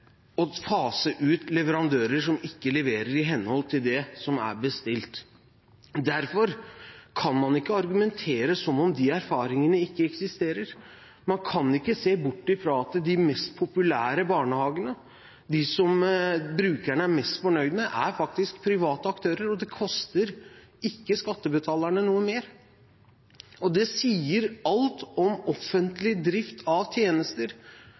og fase ut leverandører som ikke leverer i henhold til det som er bestilt. Man kan ikke argumentere som om de erfaringene ikke eksisterer. Man kan ikke se bort fra at de mest populære barnehagene, de som brukerne er mest fornøyd med, faktisk er drevet av private aktører, og det koster ikke skattebetalerne noe mer. Det sier alt om offentlig drift av tjenester